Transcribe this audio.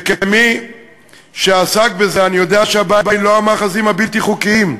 וכמי שעסק בזה אני יודע שהבעיה היא לא המאחזים הבלתי-חוקיים,